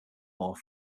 more